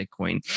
Bitcoin